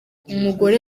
umugore